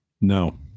No